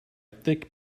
thick